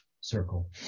circle